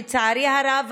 לצערי הרב,